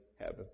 heaven